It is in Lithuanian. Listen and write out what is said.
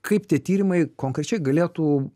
kaip tie tyrimai konkrečiai galėtų